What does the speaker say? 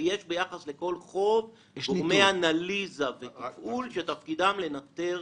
ויש ביחס לכל חוב גורמי אנליזה ותפעול שתפקידם לנטר.